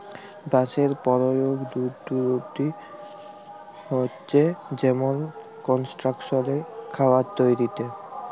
বাঁশের পরয়োগ দূর দূর অব্দি হছে যেমল কলস্ট্রাকশলে, খাবারে ইত্যাদি